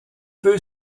peu